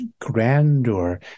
grandeur